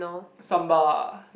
samba